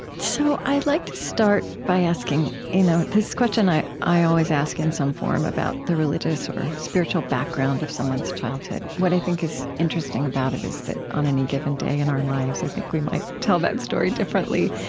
so i'd like to start by asking you know this question i i always ask, in some form, about the religious or spiritual background of someone's childhood. what i think is interesting about it is that on any given day in our lives, i think we might tell that story differently.